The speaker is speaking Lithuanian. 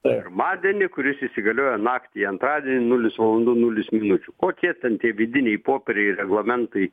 pirmadienį kuris įsigaliojo naktį į antradienį nulis valandų nulis minučių kokie ten tie vidiniai popieriai reglamentai